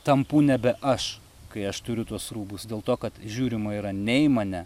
tampu nebe aš kai aš turiu tuos rūbus dėl to kad žiūrima yra ne į mane